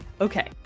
Okay